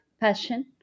passion